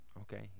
Okay